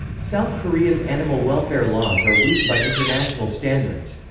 south korea's animal welfare laws are weak by international standards.